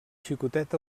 xicotet